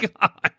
God